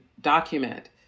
document